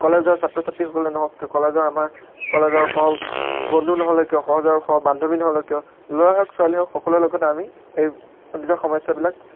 কলেজৰ ছাত্ৰ ছাত্ৰীসকলে নহওক কিয় কলেজৰ আমাৰ কলেজৰ বন্ধু নহ'লে কিয় কলেজৰ স বান্ধৱী নহ'লে কিয় ল'ৰাই হওক ছোৱালীয়ে হওক সকলোৰে লগতে আমি এই নিজৰ সমস্যাবিলাক